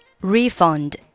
refund